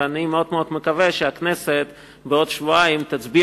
ואני מאוד מאוד מקווה שהכנסת בעוד שבועיים תצביע